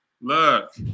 look